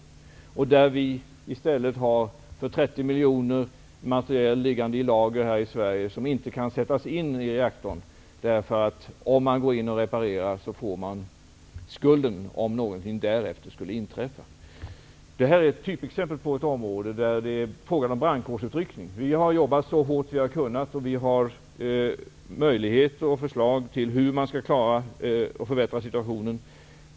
I stället har vi materiel för 30 miljoner liggande i lager här i Sverige, materiel som inte kan sättas in i reaktorn. Om man går in och reparerar, får man nämligen skulden om någonting skulle inträffa därefter. Detta är ett typexempel på ett område där det är fråga om brandkårsutryckning. Vi har jobbat så hårt vi har kunnat. Vi har möjligheter och förslag till hur man skall förbättra och klara situationen.